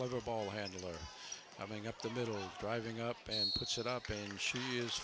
ball handler coming up the middle driving up and puts it up and she is